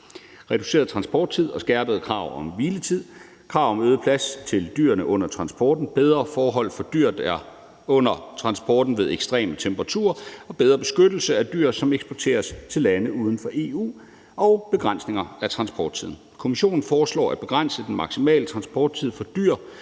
reduceret transporttid og skærpede krav om hviletid, krav om øget plads til dyrene under transporten, bedre forhold for dyr under transporten ved ekstreme temperaturer, bedre beskyttelse af dyr, som eksporteres til lande uden for EU, og begrænsninger af transporttiden. Kommissionen foreslår at begrænse den maksimale transporttid for dyr.